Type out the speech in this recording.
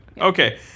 Okay